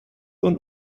und